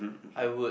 I would